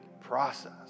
process